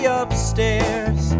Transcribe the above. upstairs